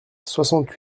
soixante